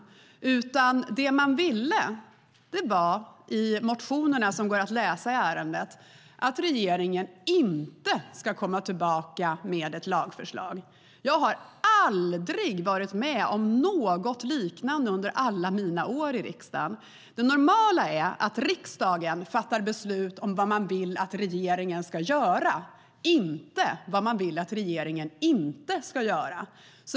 Det de ville var - och det går att läsa i motionerna i ärendet - att regeringen inte ska komma tillbaka med ett lagförslag. Jag har aldrig varit med om något liknande under alla mina år i riksdagen. Det normala är att riksdagen fattar beslut om vad man vill att regeringen ska göra - inte om vad man vill att regeringen inte ska göra.